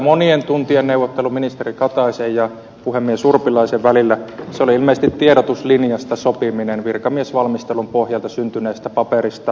monien tuntien neuvottelu ministeri kataisen ja puhemies urpilaisen välillä oli ilmeisesti tiedotuslinjasta sopiminen virkamiesvalmistelun pohjalta syntyneestä paperista